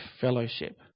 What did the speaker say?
fellowship